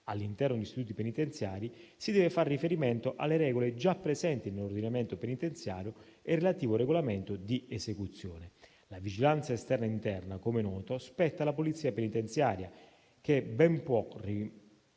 all'interno degli istituti penitenziari, si deve far riferimento alle regole già presenti nell'ordinamento penitenziario e al relativo regolamento di esecuzione. La vigilanza esterna e interna - com'è noto - spetta alla Polizia penitenziaria, che ben può, ricorrendone